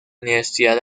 universidad